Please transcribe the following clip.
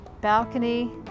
balcony